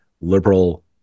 liberal